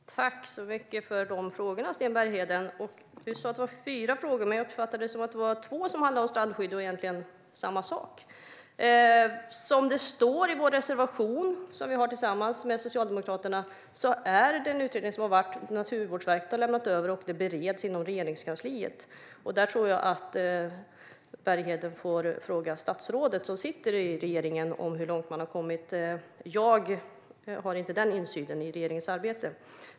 Fru talman! Tack så mycket för de frågorna, Sten Bergheden! Du sa att det var fyra frågor, men jag uppfattade att det var två som handlade om strandskydd och som egentligen var samma sak. Som det står i vår reservation som vi har tillsammans med Socialdemokraterna bereds den utredning som Naturvårdsverket har lämnat över inom Regeringskansliet. Där får nog Bergheden fråga statsrådet som sitter i regeringen om hur långt man har kommit. Jag har inte den insynen i regeringens arbete.